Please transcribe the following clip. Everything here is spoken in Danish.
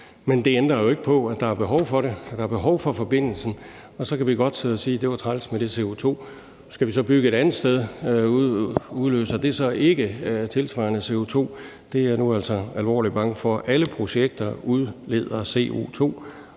men det ændrer jo ikke på, at der er behov for det; der er behov for forbindelsen. Så kan vi godt sidde og sige, at det var træls med det CO2. Skal vi så bygge et andet sted? Udløser det så ikke tilsvarende CO2? Det er jeg nu altså alvorlig bange for. Alle projekter udleder CO2,